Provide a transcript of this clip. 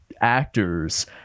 actors